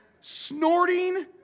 snorting